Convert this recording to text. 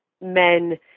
men